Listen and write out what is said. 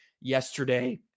yesterday